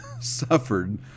suffered